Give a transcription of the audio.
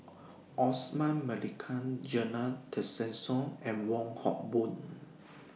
Osman Merican Zena Tessensohn and Wong Hock Boon